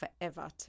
Forever